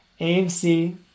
AMC